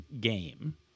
game